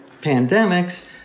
pandemics